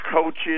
coaches